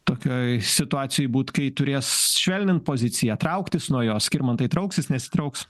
tokioj situacijoj būt kai turės švelnint poziciją trauktis nuo jos skirmantai trauksis nesitrauks